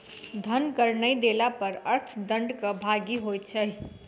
धन कर नै देला पर अर्थ दंडक भागी होइत छै